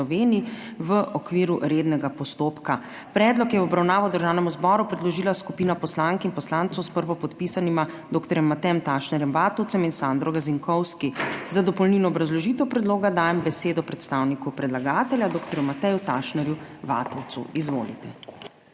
V OKVIRU REDNEGA POSTOPKA. Predlog je v obravnavo Državnemu zboru predložila skupina poslank in poslancev s prvopodpisanima dr. Matejem Tašnerjem Vatovcem in Sandro Gazinkovski. Za dopolnilno obrazložitev predloga dajem besedo predstavniku predlagatelja dr. Mateju Tašnerju Vatovcu. Izvolite.